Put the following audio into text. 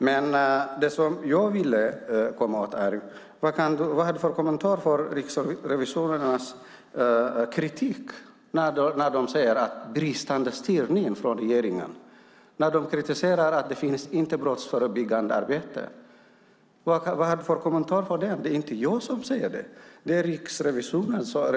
Vad har du, Johan Linander, för kommentar till Riksrevisionens kritik mot regeringens bristande styrning och avsaknaden av brottsförebyggande arbete? Det är inte jag som säger detta utan Riksrevisionen.